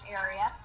area